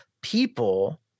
people